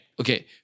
Okay